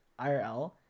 irl